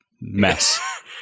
mess